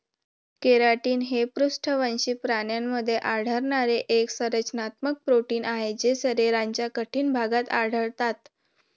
keratin हे पृष्ठवंशी प्राण्यांमध्ये आढळणारे एक संरचनात्मक प्रोटीन आहे जे शरीराच्या कठीण भागात आढळतात